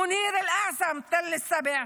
מוניר אל אעסם מתל שבע,